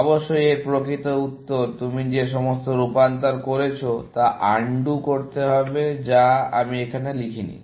অবশ্যই এর প্রকৃত উত্তর তুমি যে সমস্ত রূপান্তর করেছো তা আনডু করতে হবে যা আমি এখানে লিখিনি